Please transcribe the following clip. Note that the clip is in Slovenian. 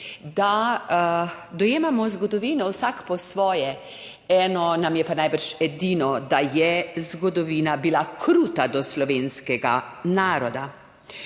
da dojemamo zgodovino vsak po svoje, eno nam je pa najbrž edino: da je zgodovina bila kruta do slovenskega naroda.